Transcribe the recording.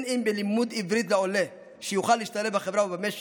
אם בלימוד עברית לעולה שיוכל להשתלב בחברה ובמשק,